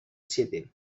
city